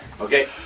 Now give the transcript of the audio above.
Okay